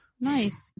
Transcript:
Nice